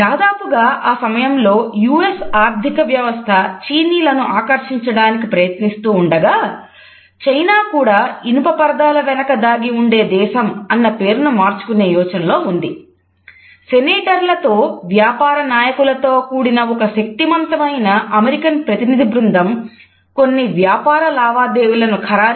దాదాపుగా ఆ సమయంలో యు ఎస్ ఇచ్చారు